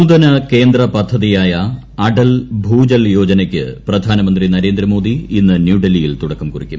നൂതന കേന്ദ്ര പദ്ധതിയായ അടൽ ഭൂജൽ യോജനയ്ക്ക് പ്രധാനമന്ത്രി നരേന്ദ്രമോദി ഇന്ന് ന്യൂഡൽഹിയിൽ തുടക്കം കുറിക്കും